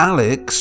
Alex